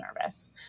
nervous